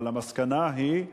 אבל המסקנה היא,